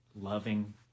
loving